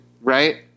right